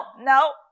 No